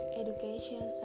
education